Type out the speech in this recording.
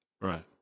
Right